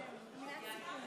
זהו, מילת סיכום.